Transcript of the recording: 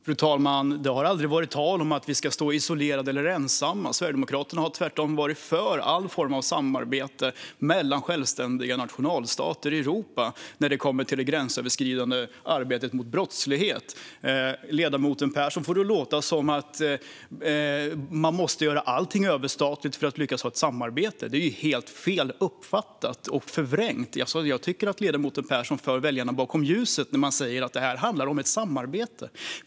Fru talman! Det har aldrig varit tal om att vi ska stå isolerade eller ensamma. Sverigedemokraterna har tvärtom varit för all form av samarbete mellan självständiga nationalstater i Europa när det kommer till det gränsöverskridande arbetet mot brottslighet. Ledamoten Pehrson får det att låta som att man måste gör allt överstatligt för att lyckas ha ett samarbete. Det är helt fel uppfattat och förvrängt. Jag tycker att ledamoten Pehrson för väljarna bakom ljuset när han säger att det handlar om samarbete.